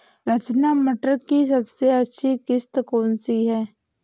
रचना मटर की सबसे अच्छी किश्त कौन सी है?